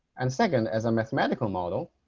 and second, as a mathematical model,